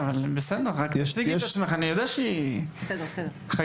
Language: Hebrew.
רק תציגי את עצמך, בבקשה.